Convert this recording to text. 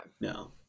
No